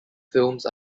films